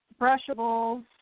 Brushables